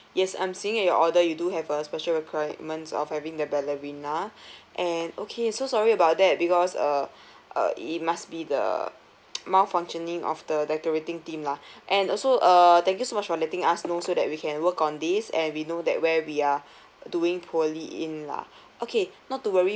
yes I'm seeing at your order you do have a special requirements of having the ballerina and okay so sorry about that because uh uh it must be the malfunctioning of the decorating team lah and also uh thank you so much for letting us know so that we can work on this and we know that where we are doing poorly in lah okay not to worry